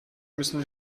müssen